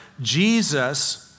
Jesus